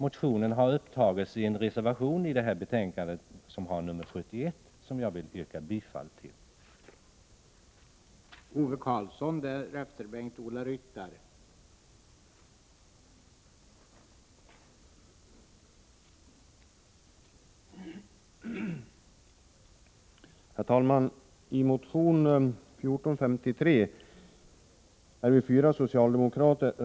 Motionen har fullföljts i reservation nr 71 i arbetsmarknadsutskottets betänkande, och jag vill yrka bifall till denna.